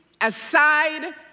aside